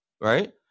right